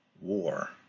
war